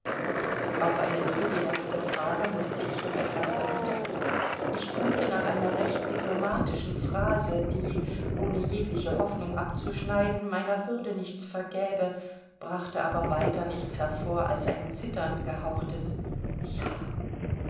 auf eine so direkte frage mußte ich doch etwas erwidern ich suchte nach einer recht diplomatischen phrase die ohne jegliche hoffnung abzuschneiden meiner würde nichts vergäbe brachte aber weiter nichts hervor als ein zitternd gehauchtes ja